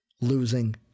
losing